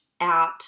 out